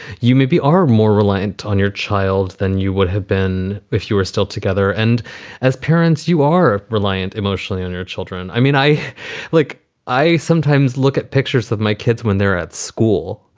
you maybe are more reliant on your child than you would have been if you were still together. and as parents, you are reliant emotionally on your children. i mean, i like i sometimes look at pictures of my kids when they're at school,